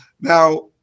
Now